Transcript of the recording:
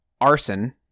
Arson